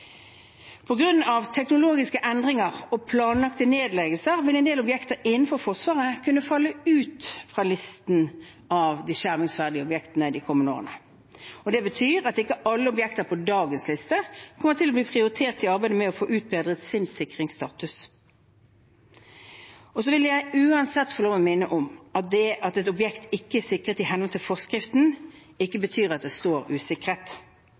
teknologiske endringer og planlagte nedleggelser vil en del objekter innenfor Forsvaret kunne falle ut av listen over skjermingsverdige objekter de kommende årene. Det betyr at ikke alle objekter på dagens liste kommer til å bli prioritert i arbeidet med å få utbedret sin sikringsstatus. Jeg vil uansett få lov til å minne om at det at et objekt ikke er sikret i henhold til forskriften, ikke betyr at det står